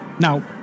Now